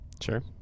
Sure